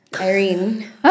Irene